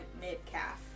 mid-calf